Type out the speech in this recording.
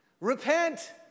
repent